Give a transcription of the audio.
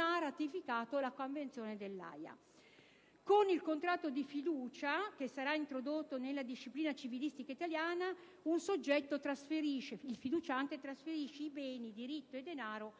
ha ratificato la Convenzione dell'Aja). Con il contratto di fiducia, che sarà introdotto nella disciplina civilistica italiana, un soggetto (fiduciante) trasferisce beni, diritti o denaro